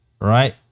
right